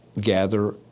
gather